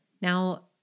Now